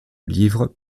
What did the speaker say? livres